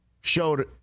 showed